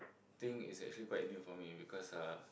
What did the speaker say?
thing is actually quite new for me because uh